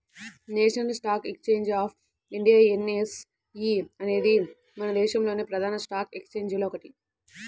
national stock exchange of India NSE అనేది మన దేశంలోని ప్రధాన స్టాక్ ఎక్స్చేంజిల్లో ఒకటి